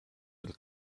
your